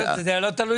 זה לא תלוי בנו.